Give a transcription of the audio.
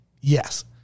Yes